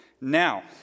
Now